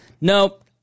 Nope